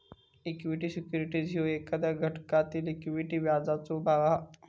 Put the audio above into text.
equity securities ह्यो एखाद्या घटकातील इक्विटी व्याजाचो भाग हा